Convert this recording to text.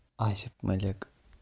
Asif Malik